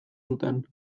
zuten